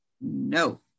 no